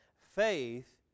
faith